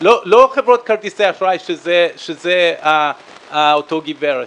לא חברות כרטיסי אשראי שזה אותה גברת.